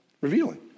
revealing